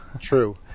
True